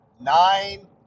nine